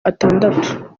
atandatu